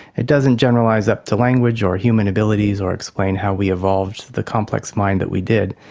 it doesn't generalise up to language or human abilities or explain how we evolved the complex mind that we did,